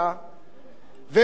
ומשום מה זה לא מסתייע.